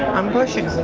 i'm pushing.